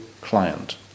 client